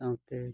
ᱥᱟᱶᱛᱮ